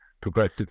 progressive